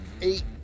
eight